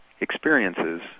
experiences